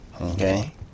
Okay